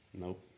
Nope